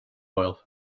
oil